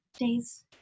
days